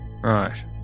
Right